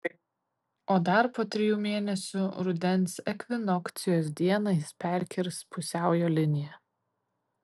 o dar po trijų mėnesių rudens ekvinokcijos dieną jis perkirs pusiaujo liniją